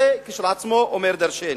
זה כשלעצמו אומר דורשני.